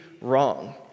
wrong